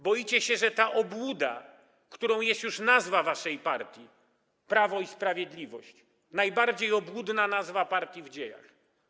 Boicie się, że ta obłuda, którą jest już nazwa waszej partii: Prawo i Sprawiedliwość - najbardziej obłudna nazwa partii w dziejach.